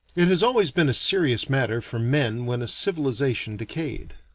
it has always been a serious matter for men when a civilization decayed.